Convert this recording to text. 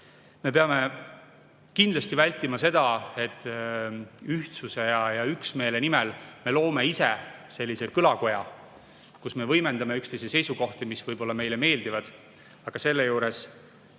Me peame kindlasti vältima seda, et ühtsuse ja üksmeele nimel me loome ise sellise kõlakoja, kus me võimendame üksteise seisukohti, mis meile võib-olla meeldivad, aga selle juures